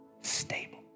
stable